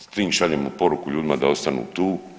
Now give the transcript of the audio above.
S tim šaljemo poruku ljudima da ostanu tu.